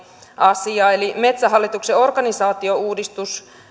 asia eli metsähallituksen organisaatiouudistus